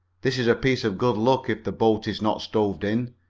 this is a piece of good luck, if the boat is not stove in.